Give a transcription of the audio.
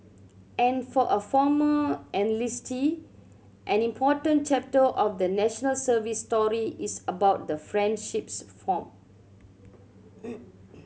and for a former enlistee an important chapter of the National Service story is about the friendships formed